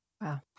Wow